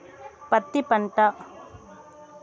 పత్తి పంట